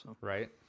Right